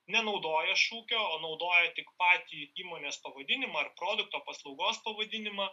nenaudoja šūkio o naudoja tik patį įmonės pavadinimą ar produkto paslaugos pavadinimą